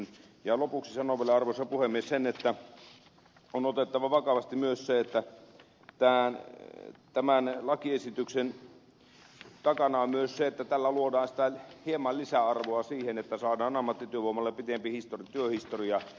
lopuksi sanon vielä arvoisa puhemies sen että on otettava vakavasti myös se että tämän lakiesityksen takana on myös se että tällä luodaan hieman lisäarvoa siihen että saadaan ammattityövoimalle pitempi työhistoria